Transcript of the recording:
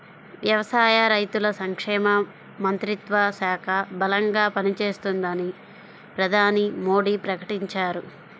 వ్యవసాయ, రైతుల సంక్షేమ మంత్రిత్వ శాఖ బలంగా పనిచేస్తుందని ప్రధాని మోడీ ప్రకటించారు